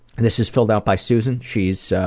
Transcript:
this is filled out by susan, she's